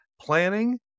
planning